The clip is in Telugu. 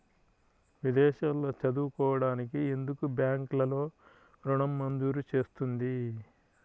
విదేశాల్లో చదువుకోవడానికి ఎందుకు బ్యాంక్లలో ఋణం మంజూరు చేస్తుంది?